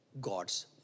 God's